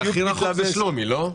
הכי רחוק זה שלומי, לא?